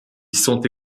sont